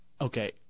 Okay